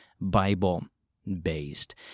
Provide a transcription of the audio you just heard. Bible-based